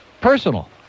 Personal